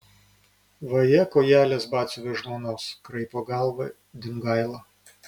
vaje kojelės batsiuvio žmonos kraipo galvą dimgaila